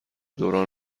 دوران